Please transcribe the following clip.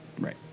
Right